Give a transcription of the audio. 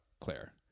Claire